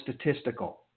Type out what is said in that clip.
statistical